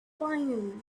finally